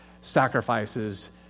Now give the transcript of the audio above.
sacrifices